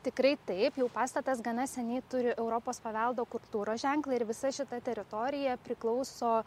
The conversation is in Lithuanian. tikrai taip jau pastatas gana seniai turi europos paveldo kultūros ženklą ir visa šita teritorija priklauso